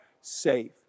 safe